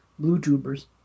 Bluetubers